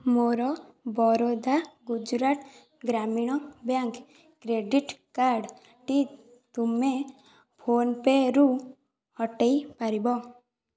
ମୋର Baroda Gujarat Gramin bank credit କାର୍ଡ଼ଟି ତୁମେ ଫୋନ୍ ପେ'ରୁ ହଟାଇ ପାରିବ